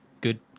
good